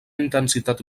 intensitat